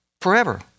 forever